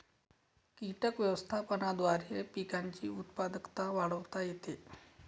कीटक व्यवस्थापनाद्वारे पिकांची उत्पादकता वाढवता येते